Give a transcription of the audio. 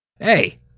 Hey